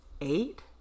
eight